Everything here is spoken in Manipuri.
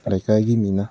ꯂꯩꯀꯥꯏꯒꯤ ꯃꯤꯅ